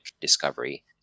discovery